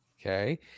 Okay